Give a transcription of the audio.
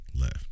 left